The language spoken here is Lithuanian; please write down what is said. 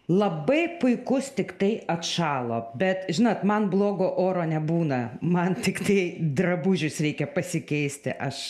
labai puikus tiktai atšalo bet žinot man blogo oro nebūna man tiktai drabužius reikia pasikeisti aš